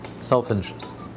self-interest